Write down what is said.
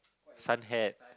this one had